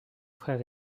frère